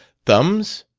thumbs?